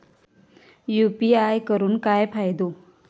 UPI करून काय फायदो?